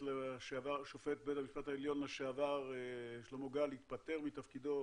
בית המשפט העליון לשעבר שלמה גל התפטר מתפקידו